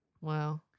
Wow